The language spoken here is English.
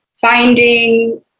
finding